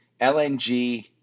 LNG